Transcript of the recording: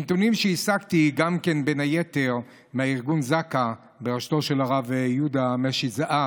מנתונים שהשגתי בין היתר גם מארגון זק"א בראשותו של הרב יהודה משי זהב,